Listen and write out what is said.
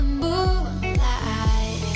moonlight